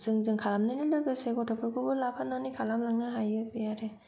जों खालामनाय लोगोसे गथ' फोरखौबो लाफानानै खालामनो हायो बे आरो